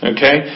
Okay